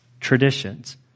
traditions